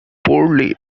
poorly